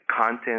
content